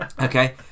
Okay